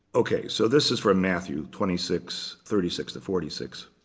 ok. so this is from matthew twenty six thirty six to forty six.